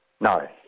No